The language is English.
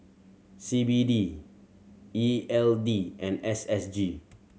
C B D E L D and S S G